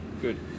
Good